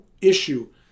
issue